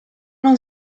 non